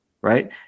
right